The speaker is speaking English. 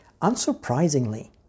Unsurprisingly